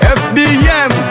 fbm